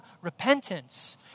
repentance